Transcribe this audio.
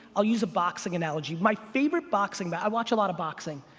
i'll use a boxing analogy. my favorite boxing. but i watch a lot of boxing.